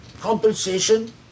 compensation